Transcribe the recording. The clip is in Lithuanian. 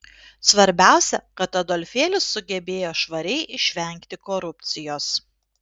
svarbiausia kad adolfėlis sugebėjo švariai išvengti korupcijos